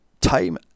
time